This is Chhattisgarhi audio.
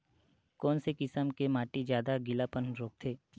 कोन से किसम के माटी ज्यादा गीलापन रोकथे?